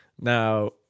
Now